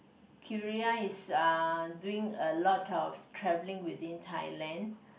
Queria is uh doing a lot of traveling within Thailand